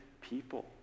people